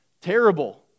Terrible